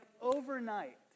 overnight